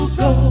go